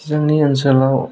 जोंनि ओनसोलाव